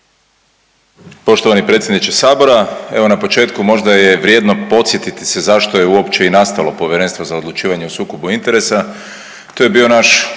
Poštovani predsjedniče sabora, evo na početku možda je vrijedno podsjetiti se zašto je uopće i nastalo Povjerenstvo za odlučivanje o sukobu interesa. To je bio naš